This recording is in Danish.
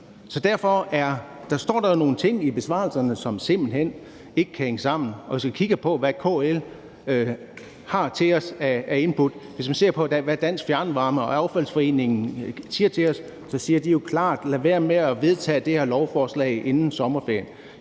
Derfor står der jo nogle ting i besvarelserne, som simpelt hen ikke kan hænge sammen. Hvis man kigger på, hvad KL har til os af input, hvis man ser på, hvad Dansk Fjernvarme og Dansk Affaldsforening siger til os, så siger de jo klart: Lad være med at vedtage det her lovforslag inden sommerferien.